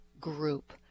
group